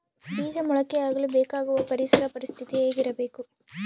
ಬೇಜ ಮೊಳಕೆಯಾಗಲು ಬೇಕಾಗುವ ಪರಿಸರ ಪರಿಸ್ಥಿತಿ ಹೇಗಿರಬೇಕು?